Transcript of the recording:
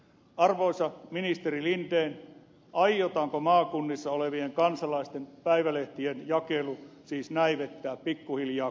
arvoisa ministeri linden aiotaanko maakunnissa olevien kansalaisten päivälehtien jakelu siis näivettää pikkuhiljaa kokonaan